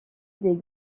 des